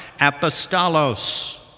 apostolos